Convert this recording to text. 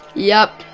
yep.